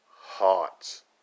hearts